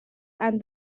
and